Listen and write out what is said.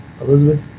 Elizabeth